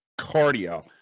cardio